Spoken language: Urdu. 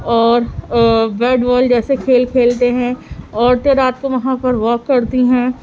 اور بیٹ بال جیسے کھیل کھیلتے ہیں عورتیں رات کو وہاں پر واک کرتی ہیں